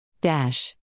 Dash